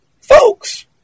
folks